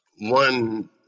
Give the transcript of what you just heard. one